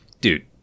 dude